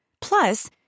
Plus